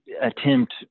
attempt